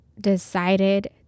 decided